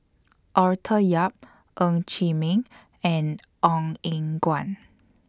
Arthur Yap Ng Chee Meng and Ong Eng Guan